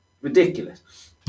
ridiculous